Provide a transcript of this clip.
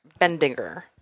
Bendinger